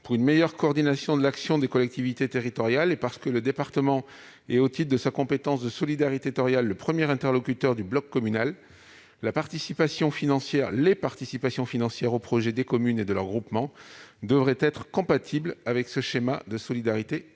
Pour une meilleure coordination de l'action des collectivités territoriales, et parce que le département est, au titre de sa compétence en matière de solidarité territoriale, le premier interlocuteur du bloc communal, les participations financières aux projets des communes et de leurs groupements devraient être compatibles avec ce schéma de la solidarité territoriale.